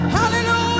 Hallelujah